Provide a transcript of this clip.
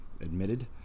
admitted